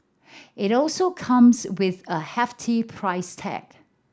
it also comes with a hefty price tag